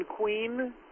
queen